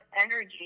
energy